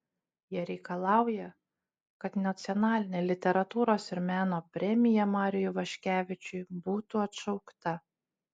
jie reikalauja kad nacionalinė literatūros ir meno premija mariui ivaškevičiui būtų atšaukta